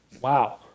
wow